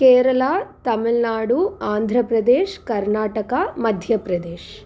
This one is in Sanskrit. केरला तमिल्नाडु आन्ध्रप्रदेशः कर्णाटका मध्यप्रदेशः